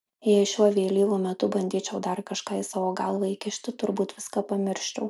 jei šiuo vėlyvu metu bandyčiau dar kažką į savo galvą įkišti turbūt viską pamirščiau